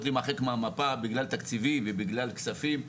להימחק מהמפה בגלל תקציבים ובגלל כספים.